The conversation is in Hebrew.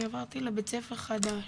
אני עברתי לבית ספר חדש,